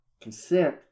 Consent